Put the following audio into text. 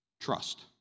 trust